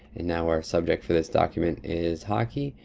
and now our subject for this document is hockey,